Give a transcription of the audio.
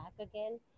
again